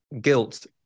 guilt